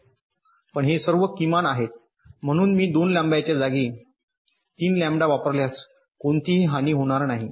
पहा हे सर्व किमान आहेत म्हणून मी 2 लांब्याच्या जागी 3 लॅम्बडा वापरल्यास कोणतीही हानी होणार नाही